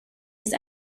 used